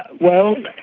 well,